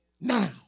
now